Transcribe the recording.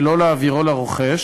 ולא להעבירו לרוכש,